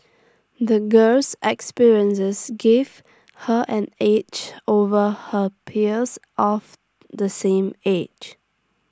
the girl's experiences gave her an edge over her peers of the same age